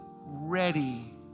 ready